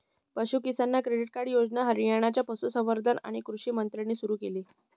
पशु किसान credit card योजना हरियाणाच्या पशुसंवर्धन आणि कृषी मंत्र्यांनी सुरू केली